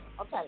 Okay